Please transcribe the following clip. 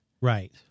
Right